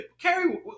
carrie